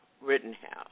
Rittenhouse